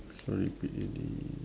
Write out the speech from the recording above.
this one repeat already